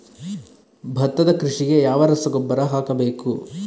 ಭತ್ತದ ಕೃಷಿಗೆ ಯಾವ ರಸಗೊಬ್ಬರ ಹಾಕಬೇಕು?